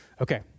okay